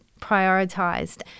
prioritised